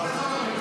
לא.